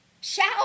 Shout